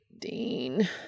Dean